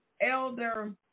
Elder